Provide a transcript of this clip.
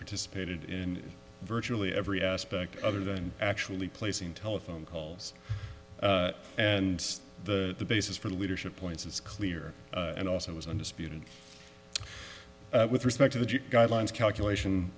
participated in virtually every aspect other than actually placing telephone calls and the basis for the leadership points it's clear and also it was undisputed with respect to the guidelines calculation